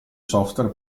software